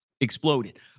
exploded